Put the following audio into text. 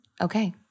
okay